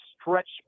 stretch